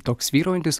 toks vyraujantis